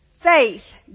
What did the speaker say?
faith